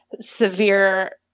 severe